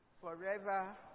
forever